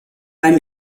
beim